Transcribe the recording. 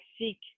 seek